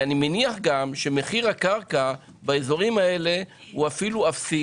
אני מניח שמחיר הקרקע באזורים האלה אפילו אפסי